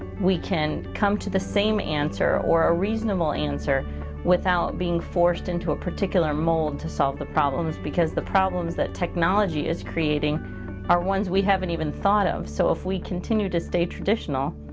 we can come to the same answer or a reasonable answer without being forced into a particular mold to solve the problems, because the problems that technology is creating are ones we haven't even thought of. so if we continue to stay traditional,